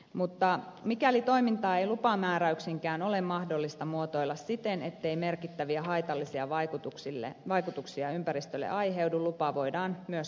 mutta mikäli toimintaa ei lupamääräyksinkään ole mahdollista muotoilla siten ettei merkittäviä haitallisia vaikutuksia ympäristölle aiheudu lupa voidaan myös kokonaan evätä